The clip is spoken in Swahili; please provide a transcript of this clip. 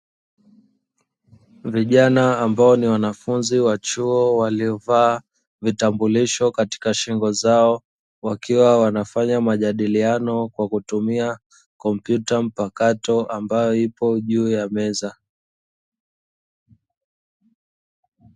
vijana ambao ni wanafunzi wa chuo waliovaa vitambulisho katika shingo zao wakiwa wanafanya majadiliano kwa kutumia kompyuta mpakato ambayo ipo juu ya meza.